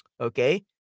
Okay